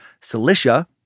Cilicia